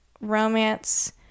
romance